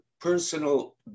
personal